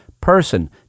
person